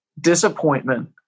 disappointment